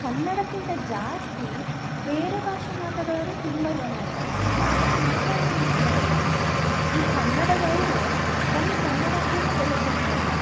ಕನ್ನಡಕ್ಕಿಂತ ಜಾಸ್ತಿ ಬೇರೆ ಭಾಷೆ ಮಾತಾಡೋರೇ ತುಂಬ ಜನ ಆಗಿದ್ದಾರೆ ಭಾಷೆ ಮಾತಾಡೋದು ಮಾತ್ರ ಅಲ್ಲ ಈ ಕನ್ನಡದವರೇ ತಮ್ಮ ಕನ್ನಡಕ್ಕೇ ಬೆಲೆ ಕೊಡ್ತಾ ಇಲ್ಲ